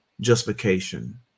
justification